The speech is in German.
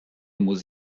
muss